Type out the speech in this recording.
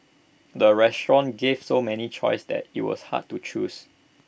the restaurant gave so many choices that IT was hard to choose